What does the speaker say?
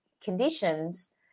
conditions